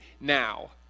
now